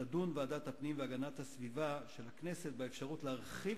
תדון ועדת הפנים והגנת הסביבה של הכנסת באפשרות להרחיב